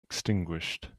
extinguished